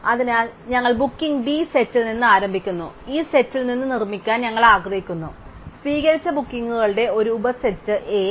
അതിനാൽ ഞങ്ങൾ booking B സെറ്റിൽ നിന്ന് ആരംഭിക്കുന്നു ഈ സെറ്റിൽ നിന്ന് നിർമ്മിക്കാൻ ഞങ്ങൾ ആഗ്രഹിക്കുന്നു സ്വീകരിച്ച ബുക്കിംഗുകളുടെ ഒരു ഉപസെറ്റ് A